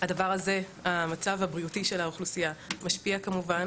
המצב הבריאותי של האוכלוסייה משפיע כמובן